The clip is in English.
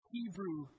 Hebrew